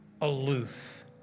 aloof